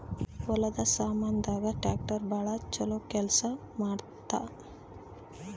ಹೊಲದ ಸಾಮಾನ್ ದಾಗ ಟ್ರಾಕ್ಟರ್ ಬಾಳ ಚೊಲೊ ಕೇಲ್ಸ ಮಾಡುತ್ತ